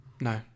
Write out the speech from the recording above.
no